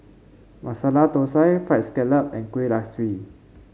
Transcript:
Masala Thosai fried scallop and Kuih Kaswi